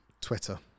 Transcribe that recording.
Twitter